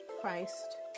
Christ